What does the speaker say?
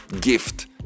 gift